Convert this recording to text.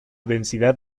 densidad